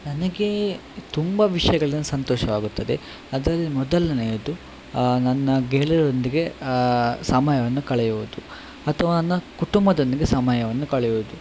ನನಗೆ ತುಂಬ ವಿಷಯಗಳಲ್ಲಿ ಸಂತೋಷವಾಗುತ್ತದೆ ಅದರಲ್ಲಿ ಮೊದಲನೆಯದು ನನ್ನ ಗೆಳೆಯರೊಂದಿಗೆ ಸಮಯವನ್ನು ಕಳೆಯುವುದು ಅಥ್ವಾ ನನ್ನ ಕುಟುಂಬದೊಂದಿಗೆ ಸಮಯವನ್ನು ಕಳೆಯುವುದು